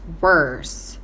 worse